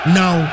now